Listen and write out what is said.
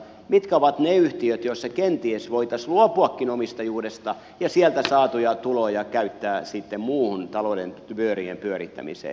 mitkä ovat ne yhtiöt joissa kenties voitaisiin luopuakin omistajuudesta ja sieltä saatuja tuloja käyttää sitten muuhun talouden pyörien pyörittämiseen